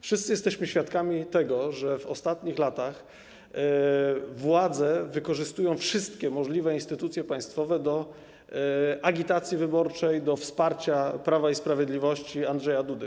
Wszyscy jesteśmy świadkami tego, że w ostatnich latach władze wykorzystują wszystkie możliwe instytucje państwowe do agitacji wyborczej, do wsparcia Prawa i Sprawiedliwości, Andrzeja Dudy.